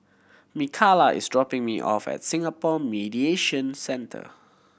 Mikala is dropping me off at Singapore Mediation Centre